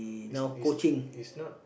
he's he's he's not